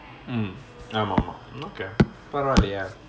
mm ஆமா ஆமா:aamaa aamaa okay பரவாலயா:paravaalayaa